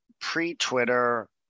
pre-Twitter